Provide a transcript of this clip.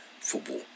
football